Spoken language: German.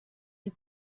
die